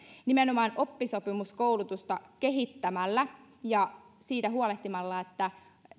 nimenomaan oppisopimuskoulutusta kehittämällä ja huolehtimalla siitä että